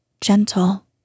gentle